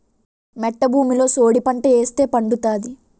మెట్ట భూమిలో సోడిపంట ఏస్తే పండుతాది